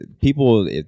people